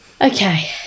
Okay